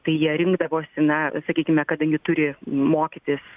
tai jie rinkdavosi na sakykime kadangi turi mokytis